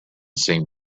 seemed